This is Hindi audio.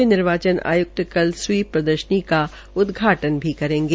मुख्य निर्वाच्न आयुक्त कल स्वीप प्रदर्शनी का उदघाटन भी करेंगे